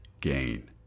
gain